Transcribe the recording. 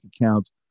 accounts